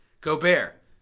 Gobert